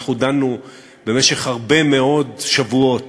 אנחנו דנו במשך הרבה מאוד שבועות